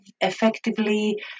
effectively